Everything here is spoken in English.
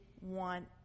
want